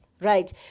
right